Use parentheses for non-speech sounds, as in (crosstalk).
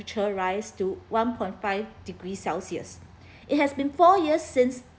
rise to one point five degrees celsius (breath) it has been four years since